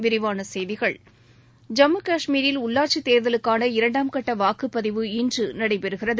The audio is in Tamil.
விரிவான செய்திகள் ஜம்மு காஷ்மீரில் உள்ளாட்சி தேர்தலுக்கான இரண்டாம் கட்ட வாக்குப்பதிவு இன்று நடைபெறுகிறது